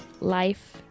life